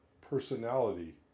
personality